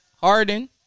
Harden